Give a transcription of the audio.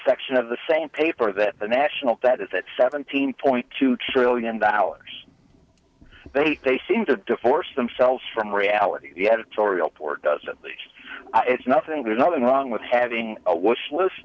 section of the same paper that the national debt is at seventeen point two trillion dollars they seem to divorce themselves from reality the editorial board doesn't it's nothing there's nothing wrong with having a wish list